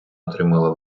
отримала